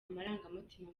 amarangamutima